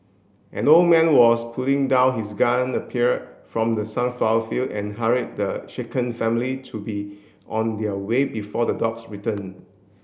an old man who was putting down his gun appeared from the sunflower field and hurried the shaken family to be on their way before the dogs return